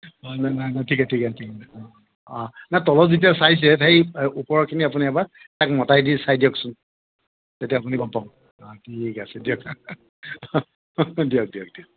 হয় নে নাই ঠিকেই ঠিকেই ঠিকেই অঁ অঁ নাই তলত যেতিয়া চাইছে সেই ওপৰৰখিনি আপুনি এবাৰ তাক মতাই দি চাই দিয়কচোন তেতিয়া আপুনি গম পাব অঁ ঠিক আছে দিয়ক অঁ দিয়ক দিয়ক দিয়ক